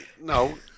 No